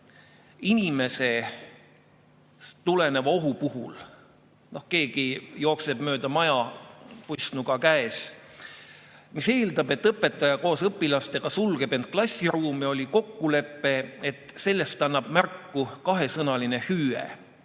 inimesest tuleneva ohu puhul – noh, keegi jookseb mööda maja, pussnuga käes –, mis eeldab, et õpetaja koos õpilastega sulgeb end klassiruumi, oli kokkulepe, et sellest annab märku kahesõnaline hüüe,